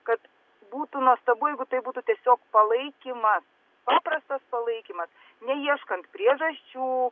kad būtų nuostabu jeigu tai būtų tiesiog palaikymas paprastas palaikymas neieškant priežasčių